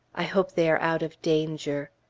i hope they are out of danger.